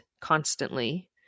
constantly